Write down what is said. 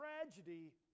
tragedy